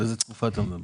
על איזו תקופה אתה מדבר?